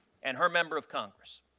and her member of congress.